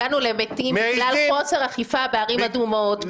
הגענו למתים בגלל חוסר אכיפה בערים אדומות,